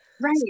right